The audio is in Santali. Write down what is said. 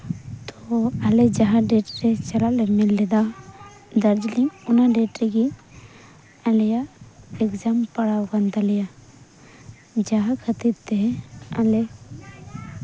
ᱛᱳ ᱟᱞᱮ ᱡᱟᱦᱟᱸ ᱰᱮᱴᱨᱮ ᱪᱟᱞᱟᱜ ᱞᱮ ᱢᱮᱱ ᱞᱮᱫᱟ ᱫᱟᱨᱡᱤᱞᱤᱝ ᱚᱱᱟ ᱰᱮᱴ ᱨᱮᱜᱮ ᱟᱞᱮᱭᱟᱜ ᱮᱠᱡᱟᱢ ᱯᱟᱲᱟᱣᱟᱠᱟᱱ ᱛᱟᱞᱮᱭᱟ ᱡᱟᱦᱟᱸ ᱠᱷᱟᱹᱛᱤᱨ ᱛᱮ ᱟᱞᱮ